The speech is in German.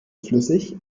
flüssig